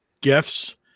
gifts